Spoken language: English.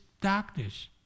darkness